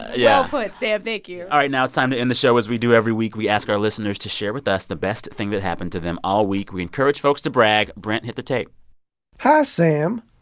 yeah put, sam. thank you all right. now it's time to end the show. as we do every week, we asked our listeners to share with us the best thing that happened to them all week. we encourage folks to brag brent, hit the tape hi, sam.